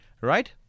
right